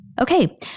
Okay